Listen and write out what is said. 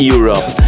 Europe